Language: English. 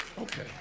Okay